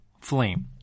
flame